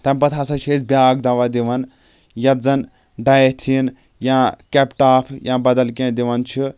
تَمہِ پَتہٕ ہسا چھِ أسۍ بیٛاکھ دوا دِوان یَتھ زَن ڈایتِھیٖن یا کیپٹاف یا بدل کیٚنٛہہ دِوان چھِ